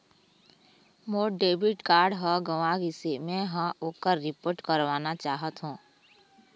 मोर debit card ह गंवा गिसे, मै ह ओकर रिपोर्ट करवाना चाहथों